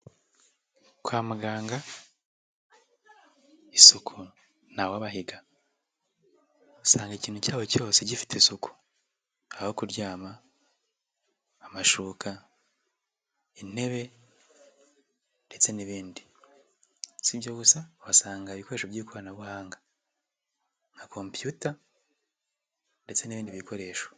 Kwa muganga isuku ntawabahiga, usanga ikintu cyabo cyose gifite isuku, aho kuryama, amashoka, intebe ndetse n'ibindi, sibyo gusa uhasanga ibikoresho by'ikoranabuhanga nka computa ndetse n'ibindi bikoresho.